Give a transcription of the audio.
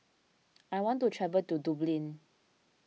I want to travel to Dublin